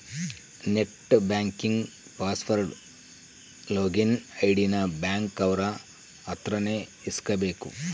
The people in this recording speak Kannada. net banking password login ID ನ ಬ್ಯಾಂಕ್ ಅವ್ರ ಅತ್ರ ನೇ ಇಸ್ಕಬೇಕು